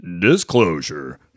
disclosure